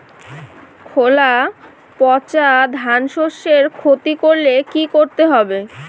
খোলা পচা ধানশস্যের ক্ষতি করলে কি করতে হবে?